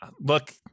Look